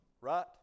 right